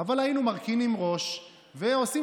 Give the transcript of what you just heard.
ואני רוצה